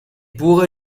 pure